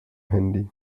handy